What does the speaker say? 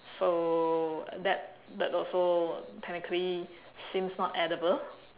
so that that also technically seems not edible